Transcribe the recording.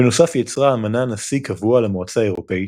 בנוסף יצרה האמנה נשיא קבוע למועצה האירופית,